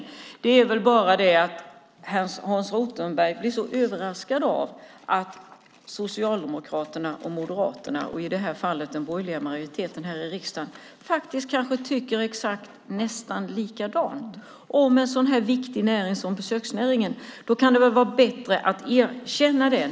Men det är väl så att Hans Rothenberg blir så överraskad av att Socialdemokraterna, Moderaterna och den borgerliga majoriteten här i riksdagen tycker nästan likadant om en så viktig näring som besöksnäringen. Det är väl bättre att erkänna det.